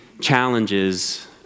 challenges